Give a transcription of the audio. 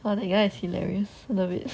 !wah! that guy is hilarious I love it